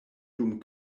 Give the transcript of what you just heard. dum